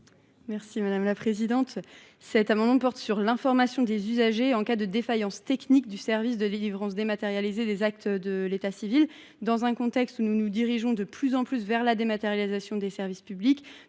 Mathilde Ollivier. Cet amendement porte sur l’information des usagers en cas de défaillance technique du service de délivrance dématérialisée des actes de l’état civil. Dans un contexte où nous nous orientons chaque jour davantage vers la dématérialisation des services publics,